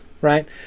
right